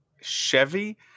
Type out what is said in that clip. Chevy